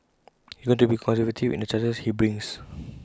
he is going to be conservative in the charges he brings